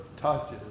touches